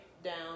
down